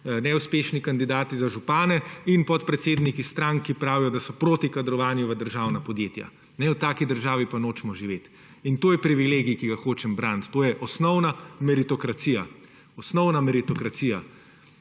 neuspešni kandidati za župane in podpredsedniki strank, ki pravijo, da so proti kadrovanju v državna podjetja. Ne, v taki državi pa nočemo živeti. In to je privilegij, ki ga hočem braniti, to je osnovna meritokracija in to je